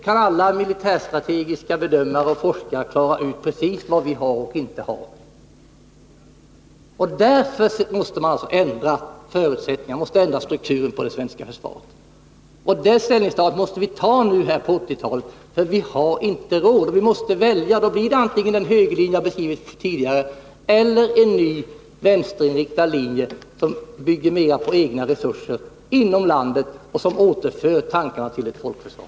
Alla militärstrategiska forskare och bedömare kan klara ut precis vad vi har och inte har. Därför måste vi ändra strukturen på det svenska försvaret, och det ställningstagandet måste vi ta nu på 1980-talet. Vi har inte råd att fortsätta som hittills. Vi måste välja, och då blir det "antingen den högerlinje jag har beskrivit tidigare eller en ny, vänsterinriktad linje, som bygger mer på egna resurser inom landet och som återför tankarna till ett folkförsvar.